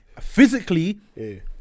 physically